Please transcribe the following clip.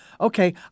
Okay